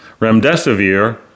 remdesivir